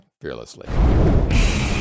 fearlessly